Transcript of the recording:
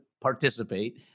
participate